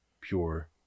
pure